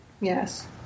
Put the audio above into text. yes